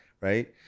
right